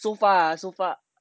so far ah so far